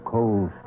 Cold